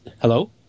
Hello